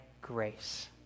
grace